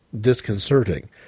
disconcerting